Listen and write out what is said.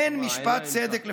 אין משפט צדק לפלסטינים,